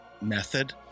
method